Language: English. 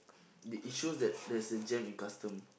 it it shows that there's a jam in custom